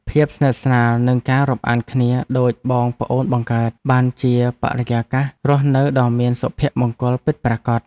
ភាពស្និទ្ធស្នាលនិងការរាប់អានគ្នាដូចបងប្អូនបង្កើតបានជាបរិយាកាសរស់នៅដ៏មានសុភមង្គលពិតប្រាកដ។